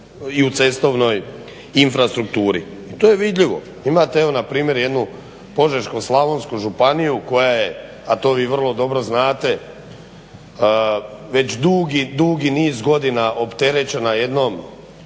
ovoj cestovnoj infrastrukturi i to je vidljivo. Imate npr. jednu Požeško-slavonsku županiju koja je, a to vi vrlo dobro znate, već dugi dugi niz godina opterećena jednom